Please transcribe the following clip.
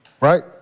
Right